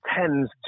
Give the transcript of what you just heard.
tends